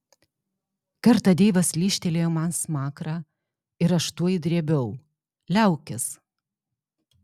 kartą deivas lyžtelėjo man smakrą ir aš tuoj drėbiau liaukis